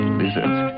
lizards